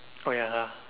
oh ya